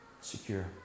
Secure